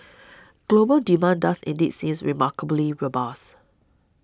global demand does indeed seems remarkably robust